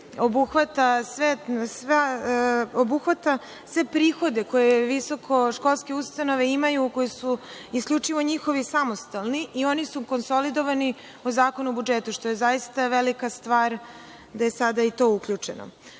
obuhvata sve prihode koje visokoškolske ustanove imaju koje su isključivo njihovi samostalni i oni su konsolidovani u Zakonu o budžetu, što je zaista velika stvar da je sada i to uključeno.